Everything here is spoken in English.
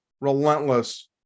relentless